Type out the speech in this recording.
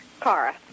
Kara